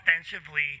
offensively